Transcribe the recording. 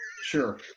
Sure